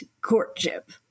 courtship